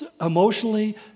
emotionally